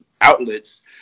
outlets